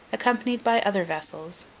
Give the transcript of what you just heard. accompanied by other vessels,